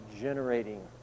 generating